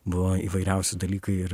buvo įvairiausi dalykai ir